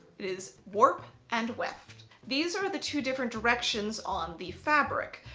it is warp and weft. these are the two different directions on the fabric.